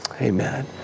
Amen